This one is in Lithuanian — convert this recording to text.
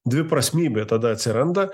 dviprasmybė tada atsiranda